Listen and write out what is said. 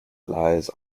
lies